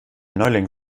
neuling